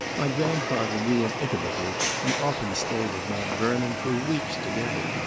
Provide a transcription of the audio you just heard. my grandfather knew him intimately, and often stayed at mount vernon for weeks together.